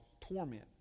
torment